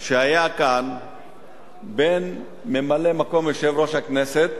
שהיה כאן בין ממלא-מקום יושב-ראש הכנסת